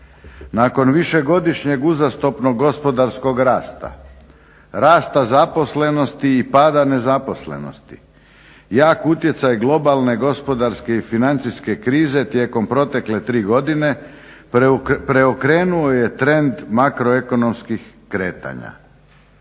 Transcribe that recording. nakon višegodišnjeg uzastopnog gospodarskog rasta, rasta zaposlenosti i pada nezaposlenosti jak utjecaj globalne gospodarske i financijske krize tijekom protekle tri godine preokrenuo je trend makroekonomskih kretanja.